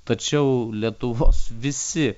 tačiau lietuvos visi